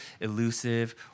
elusive